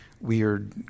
weird